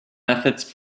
methods